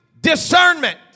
discernment